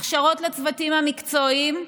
הכשרות לצוותים המקצועיים,